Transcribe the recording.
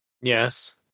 Yes